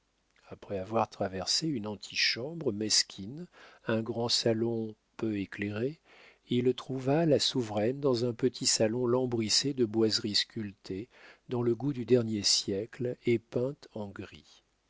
après avoir traversé une antichambre mesquine un grand salon peu éclairé il trouva la souveraine dans un petit salon lambrissé de boiseries sculptées dans le goût du dernier siècle et peintes en gris